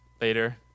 later